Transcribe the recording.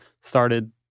started